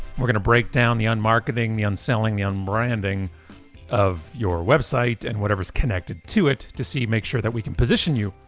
we're gonna break down the unmarketing, the unselling, the unbranding of your website, and whatever's connected to it to see make sure that we can position you